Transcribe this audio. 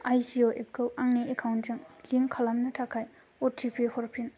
आजिय' app खौ आंनि account जों लिंक खालामनो थाखाय अ टि पि हरफिन